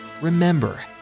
remember